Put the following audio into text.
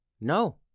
No